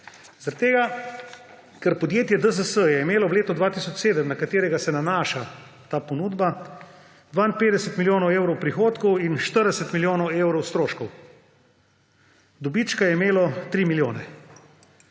je imelo podjetje DZS v letu 2007, na katero se nanaša ta ponudba, 52 milijonov evrov prihodkov in 40 milijonov evrov stroškov. Dobička je imelo 3 milijone.